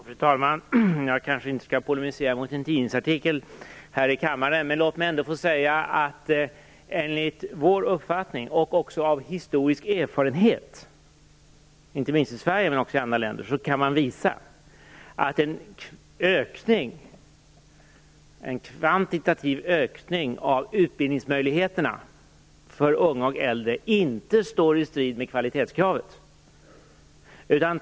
Fru talman! Jag kanske inte här i kammaren skall polemisera mot tidningsartiklar, men låt mig ändå få säga att man enligt vår uppfattning, och av historisk erfarenhet - inte minst i Sverige men också i andra länder - kan visa att en kvantitativ ökning av utbildningsmöjligheterna för unga och äldre inte står i strid med kvalitetskravet.